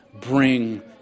bring